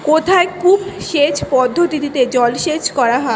কোথায় কূপ সেচ পদ্ধতিতে জলসেচ করা হয়?